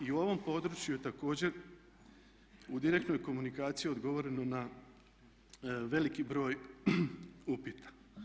I u ovom području je također u direktnoj komunikaciji odgovoreno na veliki broj upita.